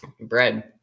bread